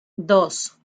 dos